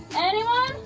anyone?